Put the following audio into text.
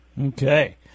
Okay